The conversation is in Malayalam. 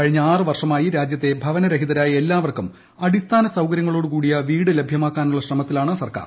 കഴിഞ്ഞ ആറ് വർഷമായി രാജ്യത്തെ ഭവനരഹിതരായ എല്ലാവർക്കും അടിസ്ഥാന സൌകര്യങ്ങളോട് കൂടിയ വീട് ലഭ്യമാക്കാനുള്ള ശ്രമത്തിലാണ് സർക്കാർ